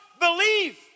believe